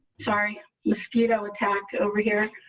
sorry mosquito attack over here.